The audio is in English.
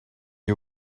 you